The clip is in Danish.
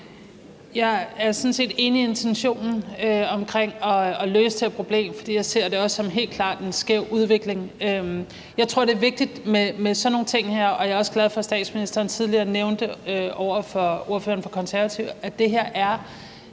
Jeg er sådan set enig i intentionen om at løse det her problem. For jeg ser det helt klart også som en skæv udvikling. Jeg tror, at det er vigtigt med sådan nogle ting her. Og jeg er også glad for, at statsministeren tidligere nævnte over for ordføreren for Konservative, at det her er